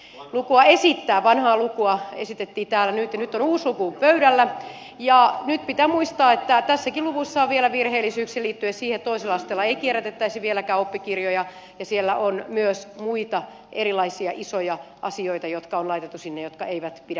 esittää vanhaa lukua esitettiin täällä nyt ja nyt on uusi luku pöydällä ja nyt pitää muistaa että tässäkin luvussa on vielä virheellisyyksiä liittyen siihen että toisella asteella ei kierrätettäisi vieläkään oppikirjoja ja siellä on myös muita erilaisia isoja asioita jotka on laitettu sinne jotka eivät pidä paikkaansa